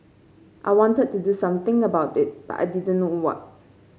I wanted to do something about it but I didn't know what